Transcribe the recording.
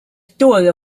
story